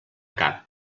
cap